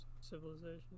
civilization